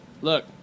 look